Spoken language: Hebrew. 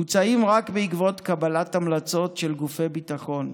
מוצאים רק בעקבות קבלת המלצות של גופי ביטחון,